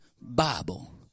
Bible